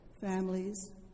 families